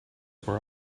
were